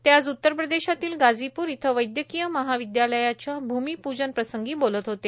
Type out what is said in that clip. ते आज उत्तर प्रदेशातील गाजीप्र इथं वैद्यकीय महाविदयालयाच्या भूमीपूजन प्रसंगी बोलत होते